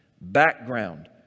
background